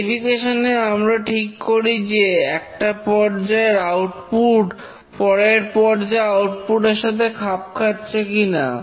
verification এ আমরা ঠিক করি যে একটা পর্যায়ের আউটপুট পরের পর্যায়ের আউটপুট এর সাথে খাপ খাচ্ছে কিনা